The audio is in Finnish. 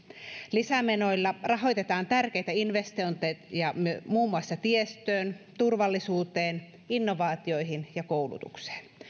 lisämenoilla rahoitetaan tärkeitä investointeja muun muassa tiestöön turvallisuuteen innovaatioihin ja koulutukseen